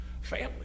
family